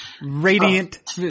radiant